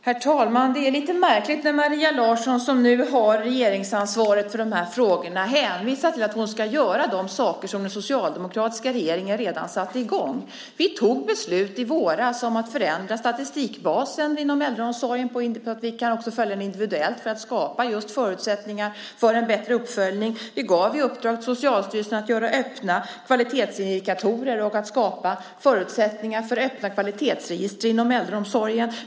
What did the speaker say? Herr talman! Det är lite märkligt när Maria Larsson, som nu har regeringsansvaret för de här frågorna, hänvisar till att hon ska göra de saker som den socialdemokratiska regeringen redan satt i gång. I våras fattade vi beslut om att förändra statistikbasen inom äldreomsorgen så att vi också kan följa den individuellt för att just skapa förutsättningar för en bättre uppföljning. Vi gav i uppdrag till Socialstyrelsen att göra öppna kvalitetsindikatorer och skapa förutsättningar för öppna kvalitetsregister inom äldreomsorgen.